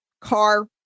car